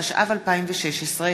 התשע"ו 2016,